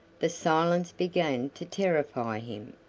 the silence began to terrify him,